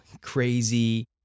crazy